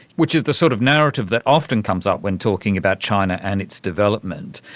which is the sort of narrative that often comes up when talking about china and its development.